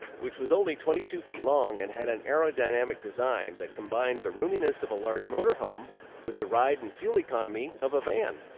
which was only twenty two feet long, and had an aerodynamic design that combined the roominess of a large motorhome with the ride and fuel economy of a van.